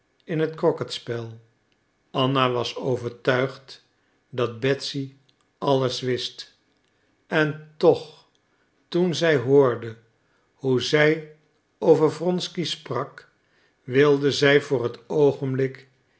in het crocketspel anna was overtuigd dat betsy alles wist en toch toen zij hoorde hoe zij over wronsky sprak wilde zij voor het oogenblik